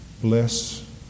Bless